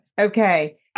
Okay